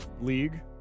league